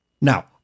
Now